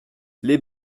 les